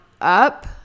up